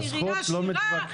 זאת עירייה עשירה,